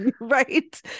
Right